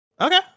okay